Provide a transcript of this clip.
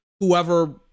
Whoever